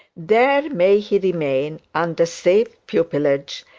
there may he remain, under safe pupilage,